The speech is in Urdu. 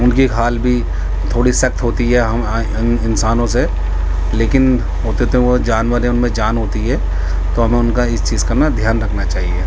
ان کی کھال بھی تھوڑی سخت ہوتی ہے انسانوں سے لیکن ہوتے تو وہ جانور ہیں ان میں جان ہوتی ہے تو ہمیں ان کا اس چیز کا نا دھیان رکھنا چاہیے